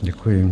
Děkuji.